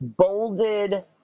bolded